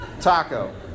Taco